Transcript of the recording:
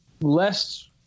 Less